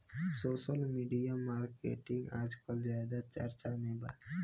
social media marketing आजकल ज्यादा चर्चा में बा